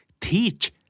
teach